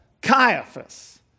Caiaphas